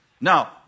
Now